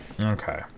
okay